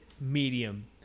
medium